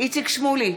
איציק שמולי,